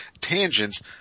tangents